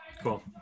Cool